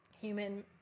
human